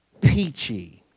peachy